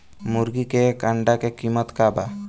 मुर्गी के एक अंडा के कीमत का बा?